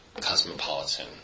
cosmopolitan